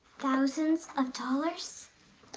thousands of dollars?